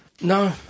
no